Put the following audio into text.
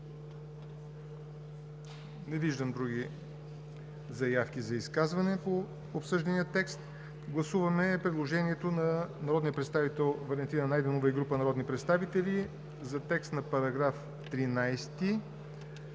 Не виждам други заявки за изказване по обсъждания текст. Гласуваме предложението на народния представител Валентина Найденова и група народни представители за текст на § 13